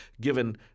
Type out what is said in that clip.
given